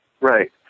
Right